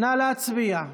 נא להצביע.